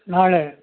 ನಾಳೆ